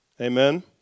Amen